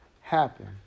happen